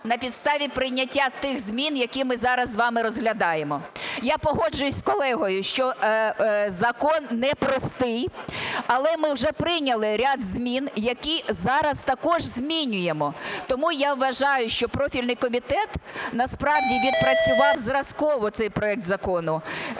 на підставі прийняття тих змін, які ми зараз з вами розглядаємо. Я погоджуюся з колегою, що закон непростий, але ми вже прийняли ряд змін, які зараз також змінюємо. Тому я вважаю, що профільний комітет насправді відпрацював зразково цей проект закону.